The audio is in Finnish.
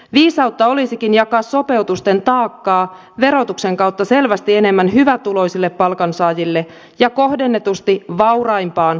viisautta olisikin jakaa sopeutusten taakkaa verotuksen kautta selvästi enemmän hyvätuloisille palkansaajille ja kohdennetusti vauraimpaan väestönosaan